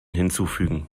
hinzufügen